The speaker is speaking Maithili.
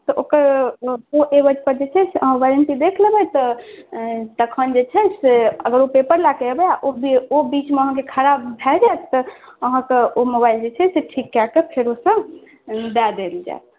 तऽ ओकर ओ एबज पर जे छै ने अहाँ वारण्टी देख लेबै तऽ तखन जे छै से अगर ओ पेपर लए कऽ अयबै आ ओ बीचमे अहाँके ख़राब भऽ जायत तऽ अहाँके ओ मोबाइल जे छै ठीक कए कऽ फेरोसँ दऽ देल जायत